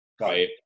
right